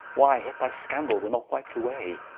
why yet thy scandall were not wipt away,